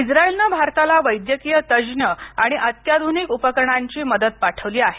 इस्रायलनं भारताला वैद्यकीय तज्ज्ञ आणि अत्याधुनिक उपकरणांची मदत पाठवली आहे